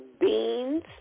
beans